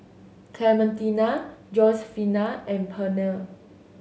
Clementina Josefina and Pernell